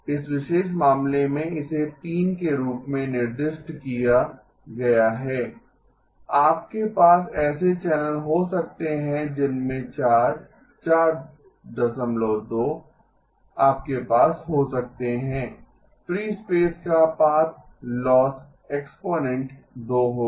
इस विशेष मामले में इसे 3 के रूप में निर्दिष्ट किया गया है आपके पास ऐसे चैनल हो सकते हैं जिनमें 4 42 आपके पास हो सकते हैं फ्री स्पेस का पाथ लॉस एक्सपोनेंट 2 होगा